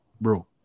Bro